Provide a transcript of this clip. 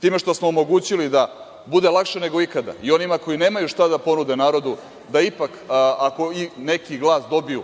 Time što smo omogućili da bude lakše nego ikada i onima koji nemaju šta da ponude narodu, da ipak i ako neki glas dobiju